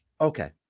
Okay